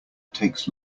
takes